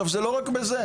זה לא רק בזה,